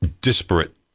disparate